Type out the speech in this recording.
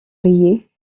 riez